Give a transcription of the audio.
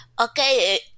Okay